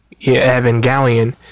Evangelion